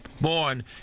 born